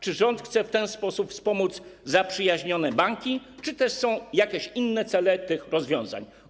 Czy rząd chce w ten sposób wspomóc zaprzyjaźnione banki, czy też są jakieś inne cele wprowadzania tych rozwiązań?